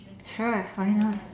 sure why not